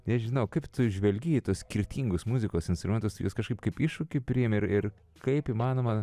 nežinau kaip tu žvelgi į tuos skirtingus muzikos instrumentus juos kažkaip kaip iššūkį priimi ir ir kaip įmanoma